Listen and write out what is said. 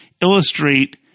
illustrate